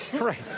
Right